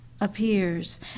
appears